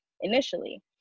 initially